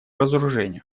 разоружению